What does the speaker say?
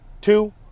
two